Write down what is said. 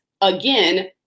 again